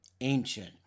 ancient